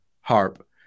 Harp